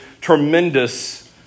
tremendous